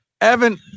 Evan